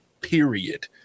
Period